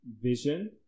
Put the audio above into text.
vision